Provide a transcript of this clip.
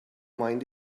mind